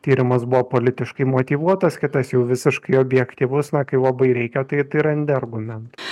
tyrimas buvo politiškai motyvuotas kitas jau visiškai objektyvus na kai labai reikia tai tai randi argumentų